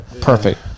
Perfect